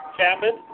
Chapman